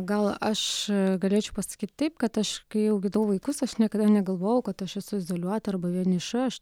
gal aš galėčiau pasakyti taip kad aš kai auginau vaikus aš niekada negalvojau kad aš esu izoliuota arba vieniša aš